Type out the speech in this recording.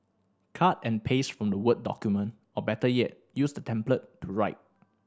cut and paste from the word document or better yet use the template to write